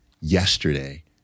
yesterday